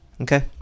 okay